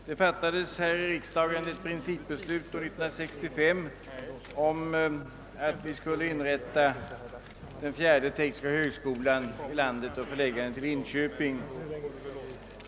Herr talman! Riksdagen fattade år 1965 ett principbeslut om att inrätta en fjärde teknisk högskola i landet och förlägga den till Linköping.